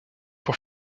pour